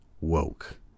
woke